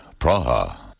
Praha